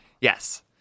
yes